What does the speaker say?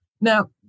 Now